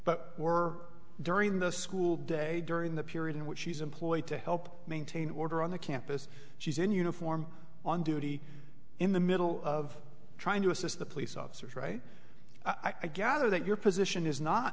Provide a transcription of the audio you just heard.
but were during the school day during the period in which she's employed to help maintain order on the campus she's in uniform on duty in the middle of trying to assist the police officers right i gather that your position is not